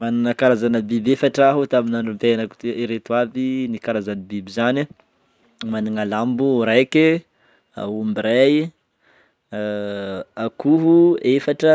Magnana karazana biby efatra aho tamin'ny androm-piainako teo, ireto avy ny karazan'ny biby zany: magnana lambo raiky, aomby ray, akoho efatra,